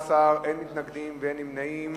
בעד, 15, אין מתנגדים ואין נמנעים.